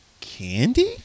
Candy